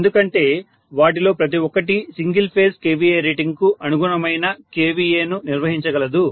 ఎందుకంటే వాటిలో ప్రతి ఒక్కటి సింగిల్ ఫేజ్ kVA రేటింగ్కు అనుగుణమైన kVAను నిర్వహించగలదు